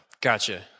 Gotcha